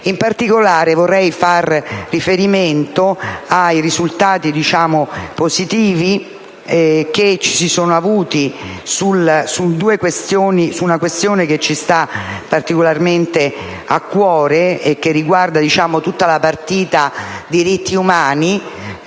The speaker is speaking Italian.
In particolare, vorrei fare riferimento ai risultati positivi che si sono ottenuti su una questione che ci sta particolarmente a cuore e che riguarda tutta la partita dei diritti umani,